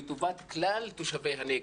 לטובת כלל תושבי הנגב.